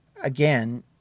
Again